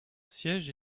siège